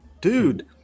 dude